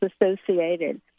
associated